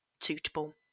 suitable